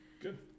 Good